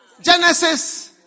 Genesis